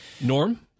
norm